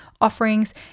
offerings